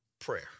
prayer